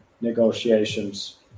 negotiations